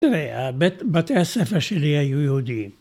‫תראה, בתי הספר שלי היו יהודיים.